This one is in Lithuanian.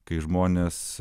kai žmonės